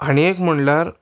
हाणी एक म्हणल्यार